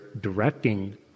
directing